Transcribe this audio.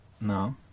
No